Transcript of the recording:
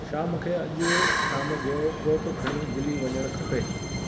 छा मूंखे अॼु शाम जो कोट खणी दिल्ली वञणु खपे